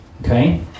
Okay